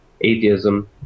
atheism